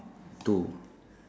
two